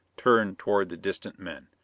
turned toward the distant men.